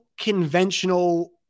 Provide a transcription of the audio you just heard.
conventional